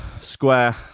Square